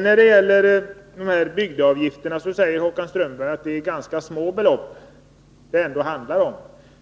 När det gäller bygdeavgifterna säger Håkan Strömberg att det är ganska små belopp det handlar om